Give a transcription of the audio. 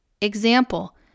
Example